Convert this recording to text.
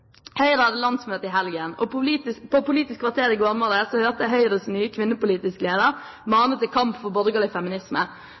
Høyre hadde landsmøte i helgen, og på Politisk kvarter i går morges hørte jeg Høyres nye kvinnepolitiske leder